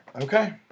Okay